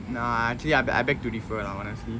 no actually I beg I beg to differ lah honestly